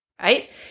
Right